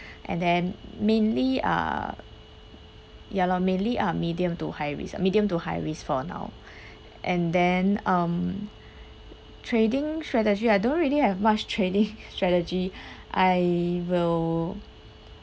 and then mainly are ya loh mainly are medium to high risk medium to high risk for now and then um trading strategy I don't really have much trading strategy I will